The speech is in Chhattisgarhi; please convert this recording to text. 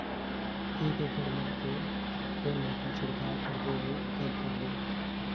एक एकड़ मे के कौन मात्रा छिड़काव करबो अउ कब करबो?